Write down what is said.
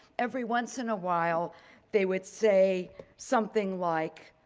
every once in a while they would say something like